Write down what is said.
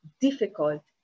Difficult